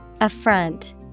Affront